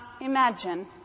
imagine